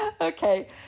Okay